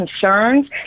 concerns